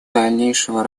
дальнейшего